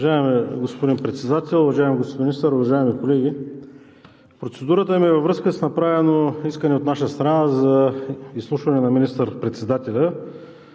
Уважаеми господин Председател, уважаеми господин Министър, уважаеми колеги! Процедурата ми е във връзка с направеното искане от наша страна за изслушване на министър-председателя,